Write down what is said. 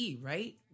right